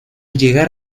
llegar